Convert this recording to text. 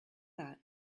that